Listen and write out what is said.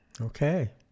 Okay